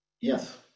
Yes